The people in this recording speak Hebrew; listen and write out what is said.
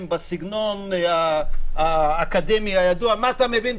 בסגנון האקדמי הידוע: מה אתה מבין?